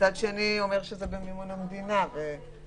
ומצד שני הוא אומר שזה במימון המדינה ונותן